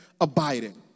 abiding